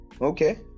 okay